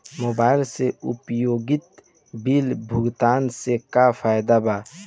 Mobile से उपयोगिता bill भुगतान से का फायदा बा?